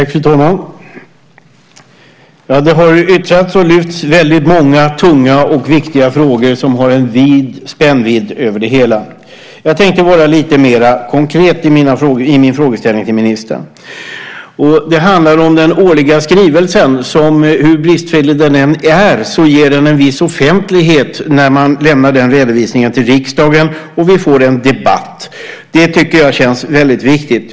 Fru talman! Det har yttrats och lyfts fram många tunga och viktiga frågor som har en vid spännvidd över det hela. Jag tänkte vara lite mer konkret i min frågeställning till ministern. Det handlar om den årliga skrivelsen som, hur bristfällig den än är, ger en viss offentlighet när man lämnar redovisningen till riksdagen och vi får en debatt. Det tycker jag känns viktigt.